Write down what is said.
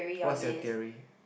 what's your theory